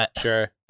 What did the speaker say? Sure